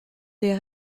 des